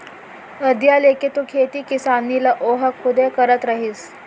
अधिया लेके तो खेती किसानी ल ओहा खुदे करत रहिस